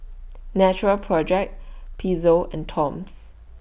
Natural Project Pezzo and Toms